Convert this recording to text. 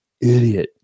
Idiot